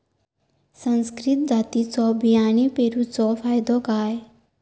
संकरित जातींच्यो बियाणी पेरूचो फायदो काय?